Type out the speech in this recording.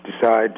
decide